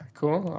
cool